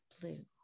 blue